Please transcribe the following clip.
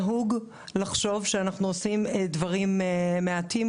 נהוג לחשוב שאנחנו עושים דברים מעטים,